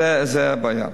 זה הבעיה.